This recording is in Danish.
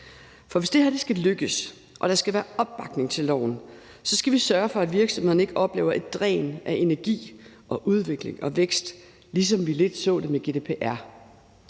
For hvis det her skal lykkes og der skal være opbakning til loven, skal vi sørge for, at virksomhederne ikke oplever et dræn af energi, udvikling og vækst, ligesom vi lidt så det med GDPR.